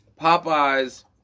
Popeye's